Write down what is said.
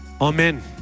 Amen